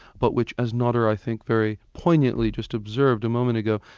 but which, as nader i think very poignantly just observed a moment ago,